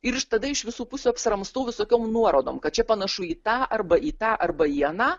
ir iš tada iš visų pusių apsiramstau visokiom nuorodom kad čia panašu į tą arba į tą arba į aną